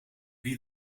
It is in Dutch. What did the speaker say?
wie